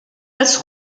als